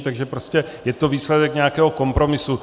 Takže prostě je to výsledek nějakého kompromisu.